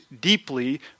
deeply